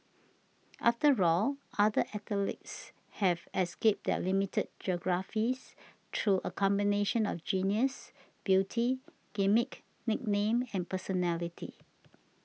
after all other athletes have escaped their limited geographies through a combination of genius beauty gimmick nickname and personality